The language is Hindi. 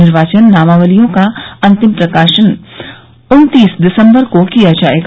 निर्वाचक नामावलियों का अंतिम प्रकाशन उन्तीस दिसम्बर को किया जायेगा